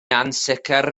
ansicr